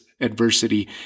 adversity